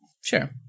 sure